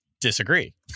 disagree